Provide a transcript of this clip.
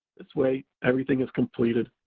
this way, everything is completed,